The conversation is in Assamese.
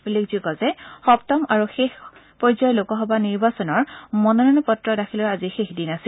উল্লেখযোগ্য যে সপ্তম আৰু শেষ পৰ্যায়ৰ লোকসভা নিৰ্বাচনৰ মনোনয়ন পত্ৰ দাখিলৰ আজি শেষ দিন আছিল